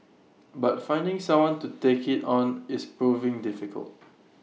but finding someone to take IT on is proving difficult